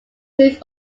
truth